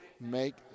Make